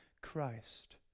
Christ